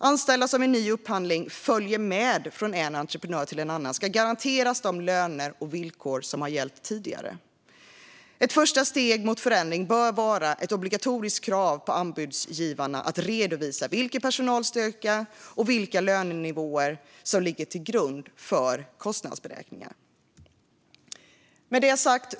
Anställda som vid en ny upphandling följer med från en entreprenör till en annan ska garanteras de löner och villkor som har gällt tidigare. Ett första steg mot förändring bör vara ett obligatoriskt krav på anbudsgivarna att redovisa vilken personalstyrka och vilka lönenivåer som ligger till grund för kostnadsberäkningarna. Fru talman!